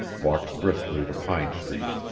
walked briskly to pine street.